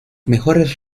mejores